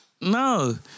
No